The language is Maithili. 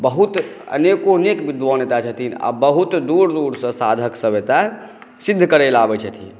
बहुत अनेकोअनेक विद्वान एतय छथिन आ बहुत दूर दूरसॅं साधकसभ एतय सिद्ध करय लए आबै छथिन